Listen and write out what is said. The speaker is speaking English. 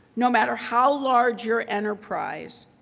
no matter how large your enterprise.